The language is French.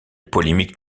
polémique